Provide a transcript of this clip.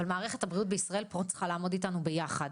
אבל פה מערכת הבריאות בישראל צריכה לעמוד איתנו ביחד.